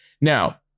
Now